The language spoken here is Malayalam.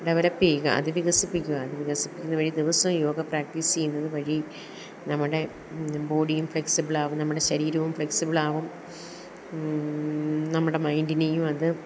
ഡെവലപ്പ് ചെയ്യുക അതു വികസിപ്പിക്കുക അതു വികസിപ്പിക്കുന്നത് വഴി ദിവസവും യോഗ പ്രാക്ടീസ് ചെയ്യുന്നത് വഴി നമ്മുടെ ബോഡിയും ഫ്ലെക്സിബിളാവും നമ്മുടെ ശരീരവും ഫ്ലെക്സിബിളാവും നമ്മുടെ മൈന്റിനെയും അത്